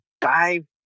dive